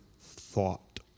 thought